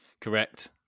Correct